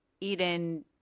Eden